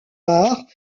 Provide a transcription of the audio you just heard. arts